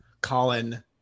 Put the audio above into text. colin